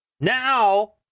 Now